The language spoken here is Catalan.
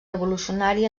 revolucionari